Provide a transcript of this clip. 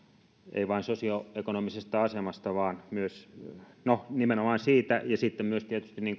ei vain sosioekonomisesta asemasta no nimenomaan siitä vaan sitten tietysti myös